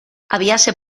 habíase